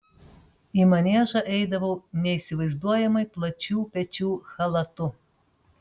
į maniežą eidavau neįsivaizduojamai plačių pečių chalatu